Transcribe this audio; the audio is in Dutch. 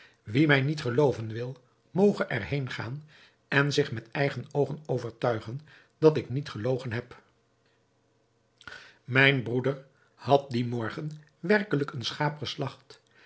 wie mij niet gelooven wil moge er heen gaan en zich met eigen oogen overtuigen dat ik niet gelogen heb mijn broeder had dien morgen werkelijk een schaap geslagt